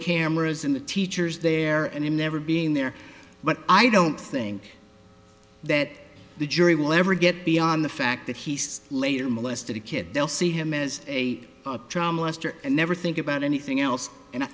cameras in the teacher's there and him never being there but i don't think that the jury will ever get beyond the fact that he said later molested a kid they'll see him as a molester and never think about anything else and